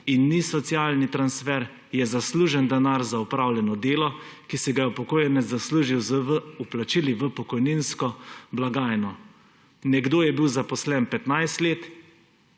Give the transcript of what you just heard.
in ni socialni transfer, je zaslužen denar za opravljeno delo, ki si ga je upokojenec zaslužil z vplačili v pokojninsko blagajno. Nekdo je bil zaposlen 15 let